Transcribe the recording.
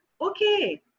okay